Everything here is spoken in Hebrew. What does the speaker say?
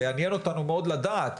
זה יעניין אותנו מאוד לדעת,